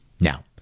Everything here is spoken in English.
Now